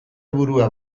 burua